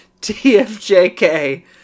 TFJK